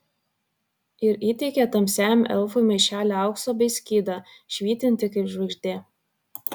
ir įteikė tamsiajam elfui maišelį aukso bei skydą švytintį kaip žvaigždė